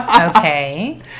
Okay